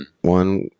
one